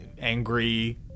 angry